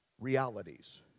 realities